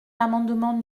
l’amendement